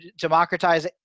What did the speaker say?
democratize